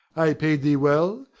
i paid thee well,